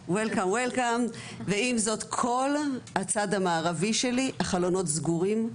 ועם זאת, כל הצד המערבי שלי החלונות סגורים.